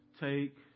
take